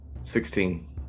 sixteen